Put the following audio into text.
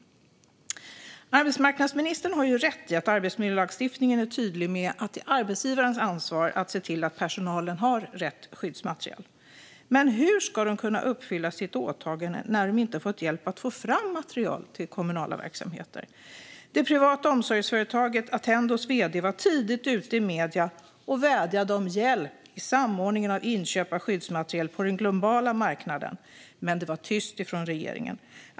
Arbetsmarknadsministern har rätt i att arbetsmiljölagstiftningen är tydlig med att det är arbetsgivarens ansvar att se till att personalen har rätt skyddsmaterial. Men hur ska de kunna uppfylla sitt åtagande när de inte fått hjälp med att få fram material till kommunala verksamheter? Det privata omsorgsföretaget Attendos vd var tidigt ute i medier och vädjade om hjälp i samordningen av inköp av skyddsmaterial på den globala marknaden, men det var tyst från regeringen.